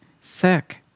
sick